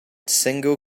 single